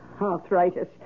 arthritis